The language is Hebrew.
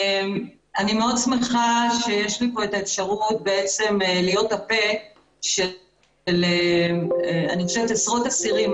אני מאוד שמחה שיש לי כאן את האפשרות להיות הפה של עשרות אסירים.